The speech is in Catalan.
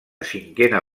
cinquena